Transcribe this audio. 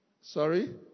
Sorry